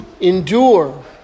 endure